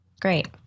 great